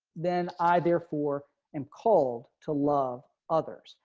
then i therefore am called to love others.